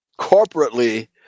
corporately